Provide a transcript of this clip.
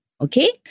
Okay